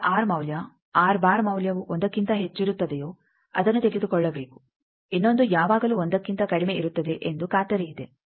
ಯಾವುದರ ಆರ್ ಮೌಲ್ಯ ಮೌಲ್ಯವು 1 ಕ್ಕಿಂತ ಹೆಚ್ಚಿರುತ್ತದೆಯೋ ಅದನ್ನು ತೆಗೆದುಕೊಳ್ಳಬೇಕು ಇನ್ನೊಂದು ಯಾವಾಗಲೂ 1ಕ್ಕಿಂತ ಕಡಿಮೆ ಇರುತ್ತದೆ ಎಂದು ಖಾತರಿಯಿದೆ